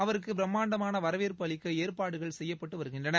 அவருக்கு பிரம்மாண்டமான வரவேற்பு அளிக்க ஏற்பாடுகள் செய்யப்பட்டு வருகின்றன